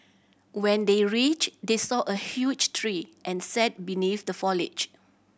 when they reached they saw a huge tree and sat beneath the foliage